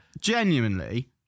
Genuinely